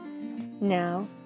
Now